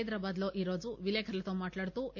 హైదరాబాద్లో ఈరోజు విలేకర్లతో మాట్లాడుతూ ఎ